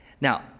Now